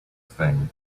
thing